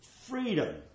freedom